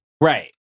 Right